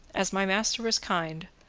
as my master was kind,